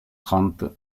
trente